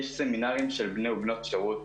יש סמינרים של בני ובנות שירות,